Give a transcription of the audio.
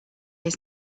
his